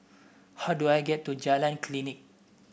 how do I get to Jalan Klinik